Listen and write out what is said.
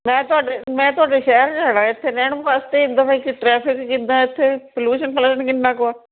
ਮੈਂ ਤੁਹਾਡੇ ਮੈਂ ਤੁਹਾਡੇ ਸ਼ਹਿਰ ਜਾਣਾ ਹੈ ਇੱਥੇ ਰਹਿਣ ਵਾਸਤੇ ਟ੍ਰੈਫ਼ਿਕ ਕਿੱਦਾਂ ਇੱਥੇ ਪਲਊਸ਼ਨ ਪਲਾਸ਼ਨ ਕਿੰਨਾਂ ਕੁ ਆ